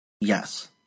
Yes